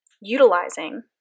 utilizing